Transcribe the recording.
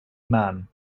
man